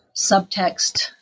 subtext